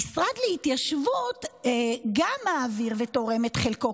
המשרד להתיישבות גם מעביר ותורם את חלקו,